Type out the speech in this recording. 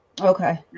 okay